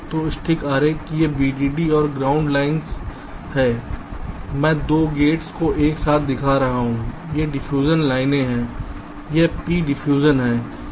तो स्टिक आरेख ये VDD और ग्राउंड लाइन्स हैं मैं 2 गेट्स को एक साथ दिखा रहा हूं ये डिफ्यूजन लाइनें हैं यह P डिफ्यूजन है